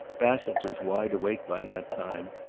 bassett was wide awake by that time,